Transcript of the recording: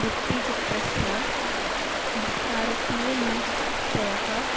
भित्तिचित्रस्य भारतीयमूर्तयः